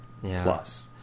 plus